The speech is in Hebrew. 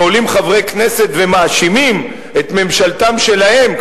ועולים חברי כנסת ומאשימים את ממשלתם שלהם,